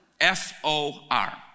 F-O-R